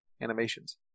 animations